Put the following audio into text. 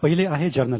पहिले आहे जर्नल